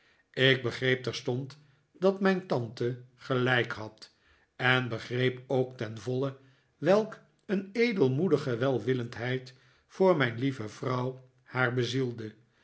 ik begreep terstond dat mijn tante gelijk had en begreep ook ten voile welk een edelmoedige welwillendheid voor mijn lieve vrouw haar bezielde